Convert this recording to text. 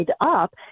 up